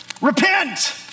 Repent